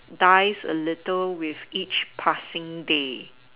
dies a little with each passing day